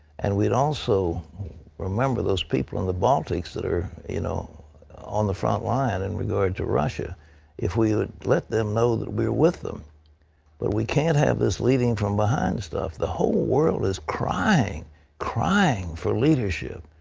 and we would also remember those people in the baltics that are you know on the front line in regard to russia if we would let them know that we are with them but we can't have this leading from behind stuff. the whole world is crying crying for leadership,